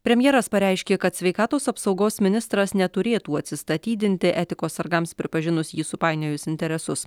premjeras pareiškė kad sveikatos apsaugos ministras neturėtų atsistatydinti etikos sargams pripažinus jį supainiojus interesus